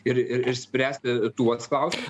ir ir išspręsti tuos klausimus